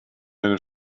den